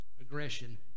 aggression